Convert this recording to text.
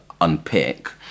unpick